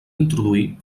introduir